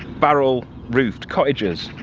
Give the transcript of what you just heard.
barrel roofed cottages.